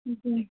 ठीक है